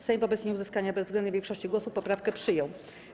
Sejm wobec nieuzyskania bezwzględnej większości głosów poprawkę przyjął.